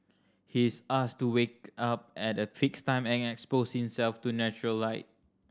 he is asked to wake up at a fixed time and expose himself to natural light